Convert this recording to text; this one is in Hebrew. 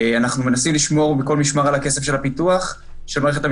אנחנו מנסים לשמור מכל משמר על הכסף של הפיתוח של מערכת המחשוב.